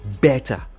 better